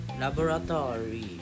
laboratory